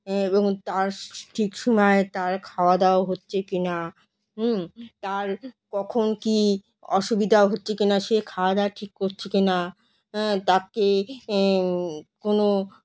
এবং তার ঠিক সময়ে তার খাওয়া দাওয়া হচ্ছে ক না হম তার কখন কি অসুবিধা হচ্ছে কিনা সে খাওয়া দাওয়া ঠিক করছে কিনা হ্যাঁ তাকে কোনো